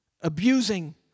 abusing